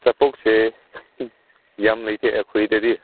ꯑꯆꯥꯄꯣꯠꯁꯦ ꯌꯥꯝ ꯂꯩꯇꯦ ꯑꯩꯈꯣꯏꯗꯗꯤ